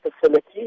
facility